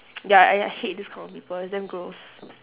ya and I hate this kind of people it's damn gross